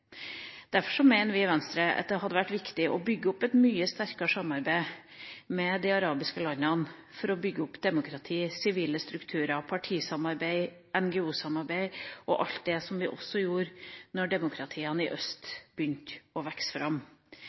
Derfor mener vi i Venstre at det hadde vært viktig å bygge opp et mye sterkere samarbeid med de arabiske landene, for å bygge demokrati, sivile strukturer, partisamarbeid, NGO-samarbeid og alt det som vi gjorde da demokratiene i øst begynte å vokse fram.